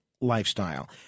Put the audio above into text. lifestyle